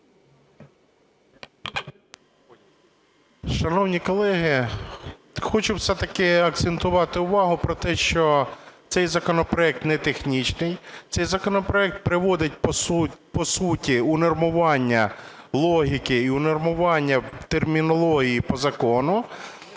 Шановні колеги, хочу все-таки акцентувати увагу про те, що цей законопроект нетехнічний. Цей законопроект приводить по суті унормування логіки і унормування в термінології по закону.